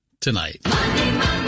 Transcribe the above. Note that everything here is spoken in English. tonight